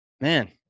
Man